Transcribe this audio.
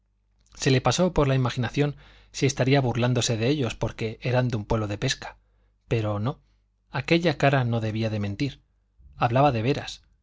se le pasó por la imaginación si estaría burlándose de ellos porque eran de un pueblo de pesca pero no aquella cara no debía de mentir hablaba de veras